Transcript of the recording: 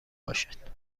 باشد